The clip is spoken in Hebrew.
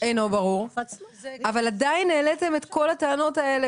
אבל עדיין העליתם את כל הטענות האלה